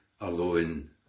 alone